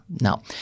Now